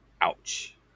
Ouch